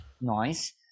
nice